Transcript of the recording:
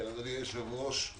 אדוני היושב-ראש,